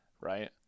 right